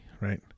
right